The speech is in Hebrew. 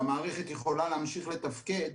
והמערכת יכולה להמשיך לתפקד.